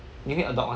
你会 adopt mah